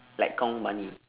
like count money